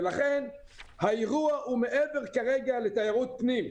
לכן האירוע הוא כרגע מעבר לתיירות פנים.